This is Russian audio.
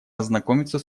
ознакомиться